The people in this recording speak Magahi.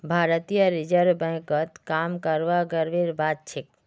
भारतीय रिजर्व बैंकत काम करना गर्वेर बात छेक